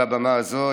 על הבמה הזו,